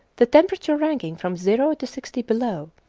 the temperature ranging from zero to sixty below,